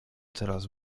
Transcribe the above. coraz